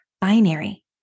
binary